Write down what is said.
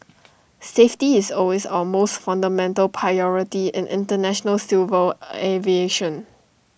safety is always our most fundamental priority in International civil aviation